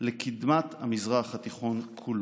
לקדמת המזרח התיכון כולו".